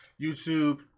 youtube